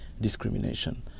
discrimination